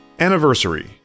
Anniversary